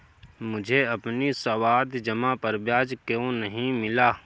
मुझे अपनी सावधि जमा पर ब्याज क्यो नहीं मिला?